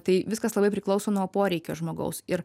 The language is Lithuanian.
tai viskas labai priklauso nuo poreikio žmogaus ir